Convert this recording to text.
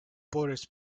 borders